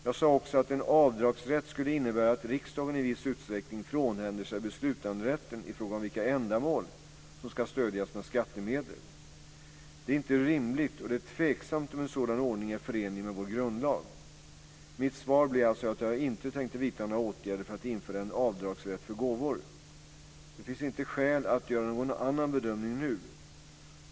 Jag sade också att en avdragsrätt skulle innebära att riksdagen i viss utsträckning frånhänder sig beslutanderätten i fråga om vilka ändamål som ska stödjas med skattemedel. Det är inte rimligt, och det är tveksamt om en sådan ordning är förenlig med vår grundlag. Mitt svar blev alltså att jag inte tänkte vidta några åtgärder för att införa en avdragsrätt för gåvor. Det finns inte skäl att göra någon annan bedömning nu.